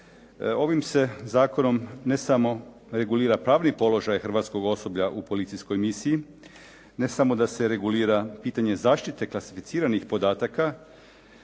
ovim se zakonom ne samo regulira pravni položaj hrvatskog osoblja u policijskoj misiji, ne samo da se regulira pitanje zaštite klasificiranih podataka,